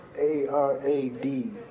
A-R-A-D